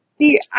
See